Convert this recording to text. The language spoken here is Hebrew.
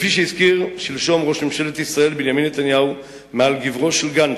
כפי שהזכיר שלשום ראש ממשלת ישראל בנימין נתניהו מעל קברו של גנדי,